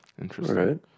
Interesting